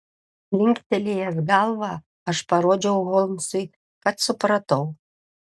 linktelėjęs galvą aš parodžiau holmsui kad supratau